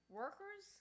workers